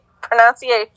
pronunciation